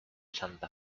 santa